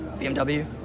BMW